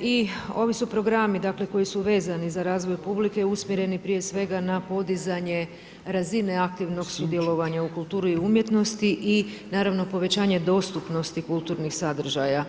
i ovi su programi koji su vezani za razvoj publike usmjereni prije svega na podizanje razine aktivnog sudjelovanja u kulturi i umjetnosti i naravno povećanje dostupnosti kulturnih sadržaja.